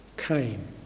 came